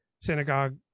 synagogue